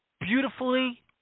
beautifully